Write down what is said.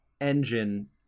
engine